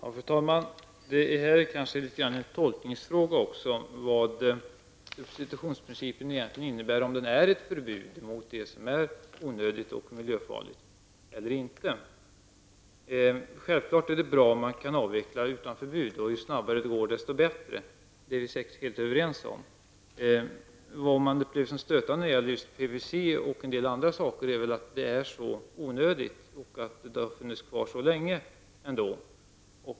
Fru talman! Det är kanske litet grand en tolkningsfråga vad substitutionsprincipen egentligen innebär, dvs. om den innebär ett förbud mot det som är onödigt och miljöfarligt eller inte. Det är självfallet bra om man kan avveckla utan förbud, och ju snabbare det går desto bättre. Det är vi säkert helt överens om. Vad som upplevs som stötande är att just PVC och en del andra saker är så onödigt och att de ändå har funnits kvar så länge.